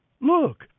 Look